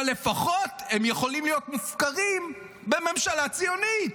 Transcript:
אבל לפחות הם יכולים להיות מופקרים בממשלה ציונית.